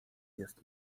jest